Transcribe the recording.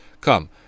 Come